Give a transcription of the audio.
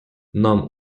нам